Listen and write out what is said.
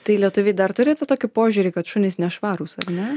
tai lietuviai dar turi tą tokį požiūrį kad šunys nešvarūs ar ne